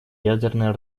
ядерное